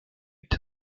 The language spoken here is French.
eut